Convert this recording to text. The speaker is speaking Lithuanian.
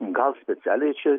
gal specialiai čia